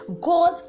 god